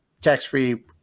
tax-free